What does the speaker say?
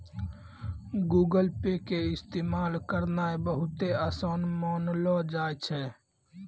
Google Pay के इस्तेमाल करनाय बहुते असान मानलो जाय छै